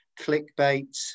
clickbait